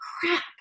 crap